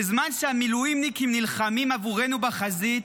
בזמן שהמילואימניקים נלחמים עבורנו בחזית,